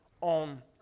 on